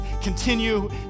continue